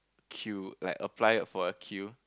queue like apply for a queue